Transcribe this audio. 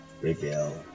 reveal